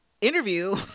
interview